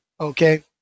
okay